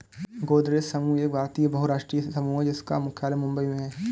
गोदरेज समूह एक भारतीय बहुराष्ट्रीय समूह है जिसका मुख्यालय मुंबई में है